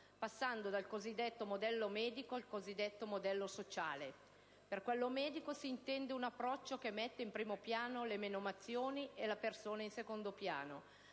passando dal cosiddetto modello medico al cosiddetto modello sociale. Per modello medico si intende un approccio che mette in primo piano le menomazioni e la persona in secondo piano.